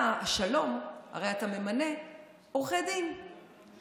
הרי אתה ממנה עורכי דין בערכאת השלום.